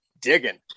digging